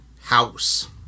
house